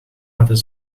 laten